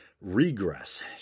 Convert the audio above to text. regress